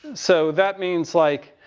so that means like,